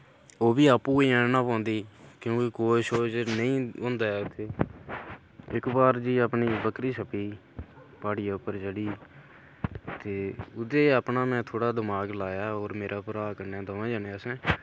ओह् बी आपूं गै आह्नना पौंदी क्योंकि कोच शोच नेईं होंदा ऐ उत्थै इक बार दी अपनी बक्करी छप्पी प्हाड़ियै पर चढ़ी ते ओह्दे अपना में थोह्ड़ा दमाग लाया होर मेरा भ्राऽ कन्नै दमें जनें असें